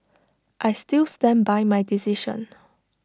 I still stand by my decision